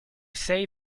say